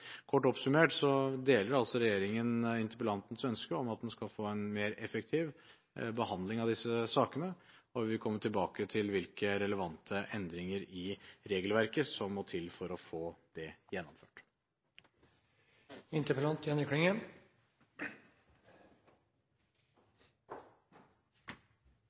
Kort oppsummert deler regjeringen interpellantens ønske om at man skal få en mer effektiv behandling av disse sakene, og vi vil komme tilbake til hvilke relevante endringer i regelverket som må til for å få det